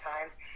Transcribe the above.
times